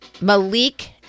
Malik